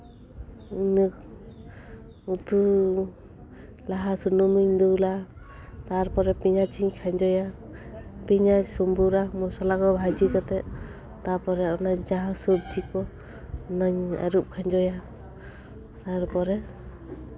ᱤᱱᱟᱹ ᱩᱛᱩᱭᱱᱟ ᱞᱟᱦᱟ ᱥᱩᱱᱩᱢᱤᱧ ᱫᱩᱞᱟ ᱛᱟᱨᱯᱚᱨᱮ ᱯᱮᱸᱭᱟᱡᱤᱧ ᱠᱷᱟᱸᱡᱚᱭᱟ ᱯᱮᱸᱭᱟᱡ ᱥᱚᱢᱵᱩᱨᱟ ᱢᱚᱥᱞᱟ ᱠᱚ ᱵᱷᱟᱹᱡᱤ ᱠᱟᱛᱮ ᱛᱟᱨᱯᱚᱨᱮ ᱚᱱᱟ ᱡᱟᱦᱟᱸ ᱥᱚᱵᱡᱤ ᱠᱚ ᱚᱱᱟᱧ ᱟᱹᱨᱩᱯ ᱠᱷᱟᱸᱡᱚᱭᱟ ᱛᱟᱨᱯᱚᱨᱮ